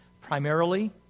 primarily